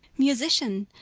musician,